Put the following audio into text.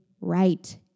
right